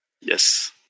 Yes